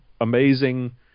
amazing